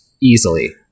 easily